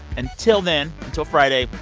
and till then, until friday,